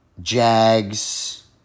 Jags